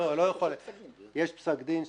לא, יש פסק דין.